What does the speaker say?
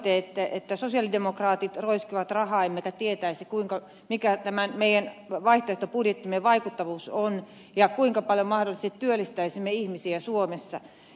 sanoitte että sosialidemokraatit roiskivat rahaa emmekä tietäisi mikä tämän meidän vaihtoehtobudjettimme vaikuttavuus on ja kuinka paljon mahdollisesti työllistäisimme ihmisiä suomessa